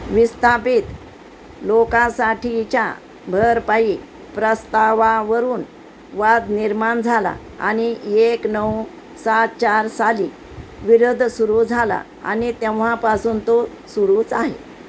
विस्थापित लोकांसाठीच्या भरपाई प्रस्तावावरून वाद निर्माण झाला आणि एक नऊ सात चार साली विरोध सुरू झाला आणि तेव्हापासून तो सुरूच आहे